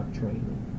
training